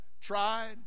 tried